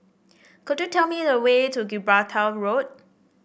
could you tell me the way to Gibraltar Road